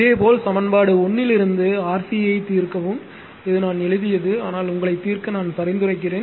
இதேபோல் சமன்பாடு 1 இலிருந்து RC ஐ தீர்க்கவும் இது நான் எழுதியது ஆனால் உங்களை தீர்க்க நான் பரிந்துரைக்கிறேன்